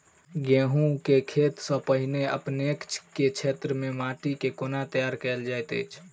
गेंहूँ केँ खेती सँ पहिने अपनेक केँ क्षेत्र मे माटि केँ कोना तैयार काल जाइत अछि?